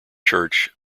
church